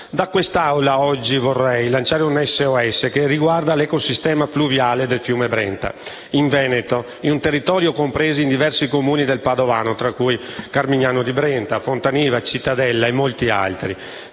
Da quest'Assemblea oggi voglio lanciare un SOS che riguarda l'ecosistema fluviale del Brenta, in Veneto, in un territorio compreso in diversi Comuni del Padovano, tra cui Carmignano di Brenta, Fontaniva, Cittadella e molti altri.